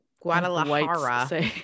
Guadalajara